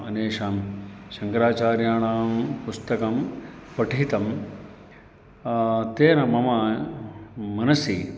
अन्येषां शङ्कराचार्याणां पुस्तकं पठितं तेन मम मनसि